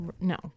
No